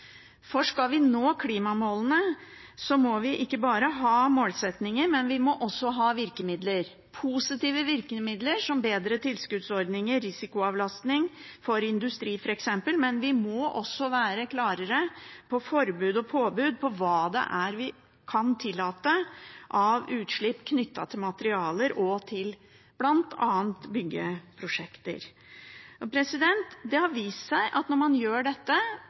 For skal vi nå klimamålene, må vi ikke bare ha målsettinger, vi må også ha virkemidler, positive virkemidler som bedre tilskuddsordninger, risikoavlastning for industri, f.eks., men vi må også være klarere på forbud og påbud om hva vi kan tillate av utslipp knyttet til materialer og til bl.a. byggeprosjekter. Det har vist seg at når man gjør dette,